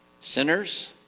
sinners